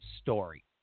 story